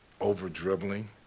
over-dribbling